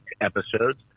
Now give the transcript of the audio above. episodes